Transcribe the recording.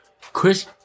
Chris